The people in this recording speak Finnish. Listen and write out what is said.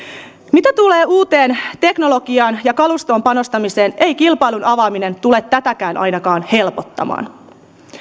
mitä tulee uuteen teknologiaan ja kalustoon panostamiseen ei kilpailun avaaminen tule tätäkään ainakaan helpottamaan